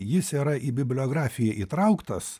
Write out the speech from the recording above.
jis yra į bibliografiją įtrauktas